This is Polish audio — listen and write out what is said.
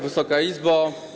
Wysoka Izbo!